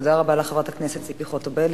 תודה רבה לך, חברת הכנסת ציפי חוטובלי.